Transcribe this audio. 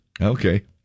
Okay